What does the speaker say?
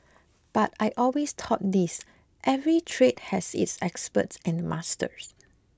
but I always thought this every trade has its experts and masters